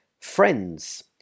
Friends